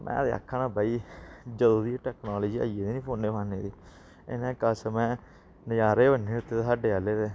में ते आक्खा ना भाई जदूं दी टैक्नोलजी आई गेदी नी फोन फोनै दी इन्नै कसम ऐ नज़ारे बन्नी दित्ते साढ़े आह्ले ते